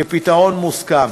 כפתרון מוסכם.